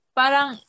parang